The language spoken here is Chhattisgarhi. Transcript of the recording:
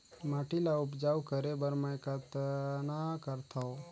माटी ल उपजाऊ करे बर मै कतना करथव?